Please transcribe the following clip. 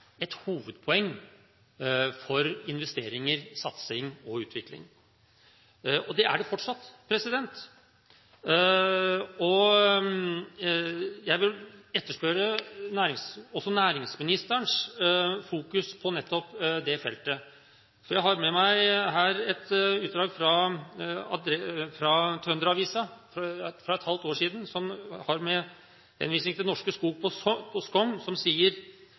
et hovedpoeng for investeringer, satsing og utvikling. Det er det fortsatt. Jeg vil også etterspørre næringsministerens fokus på nettopp det feltet. Jeg har med meg et utdrag fra Trønder-Avisa for et halvt år siden som har en henvisning til Norske Skog på Skogn, som sier at de sliter kraftig på